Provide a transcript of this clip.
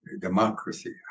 democracy